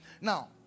Now